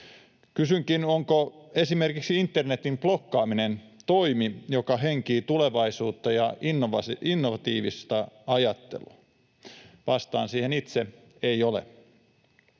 Kysynkin: onko esimerkiksi internetin blokkaaminen toimi, joka henkii tulevaisuutta ja innovatiivista ajattelua? Vastaan siihen itse: ei ole.